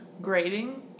grading